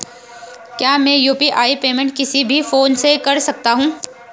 क्या मैं UPI payment किसी भी फोन से कर सकता हूँ?